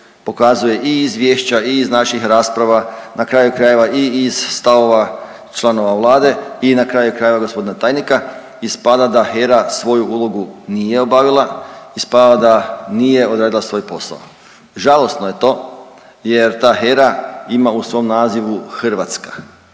pokazuje i izvješća i iz naših rasprava na kraju krajeva i iz stavova članova Vlade i na kraju krajeva gospodina tajnika ispada da HERA svoju ulogu nije obavila, ispada da nije odradila svoj posao. Žalosno je to, jer ta HERA ima u svom nazivu hrvatska.